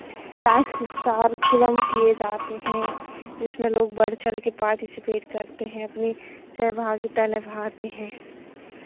सांस्कृतिक कार्यक्रम किए जाते हैं जिसमें लोग बढ़ चढ़ के पार्टिसिपेट करते हैं अपनी सहभागिता निभाते हैं